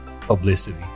publicity